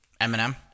Eminem